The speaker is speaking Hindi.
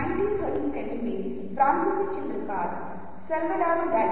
हम इन मुद्दों पर थोड़ी देर बाद देखेंगे की इस रंग का इतना महत्वपूर्ण प्रभाव है